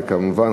וכמובן,